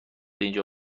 اینجا